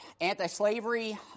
anti-slavery